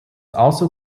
also